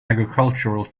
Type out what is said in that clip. agricultural